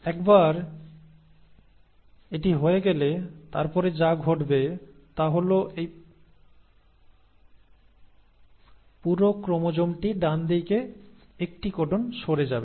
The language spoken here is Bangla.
একবার এটি হয়ে গেলে তারপরে যা ঘটবে তা হল এই পুরো ক্রোমোজোমটি ডান দিকে একটি কোডন সরে যাবে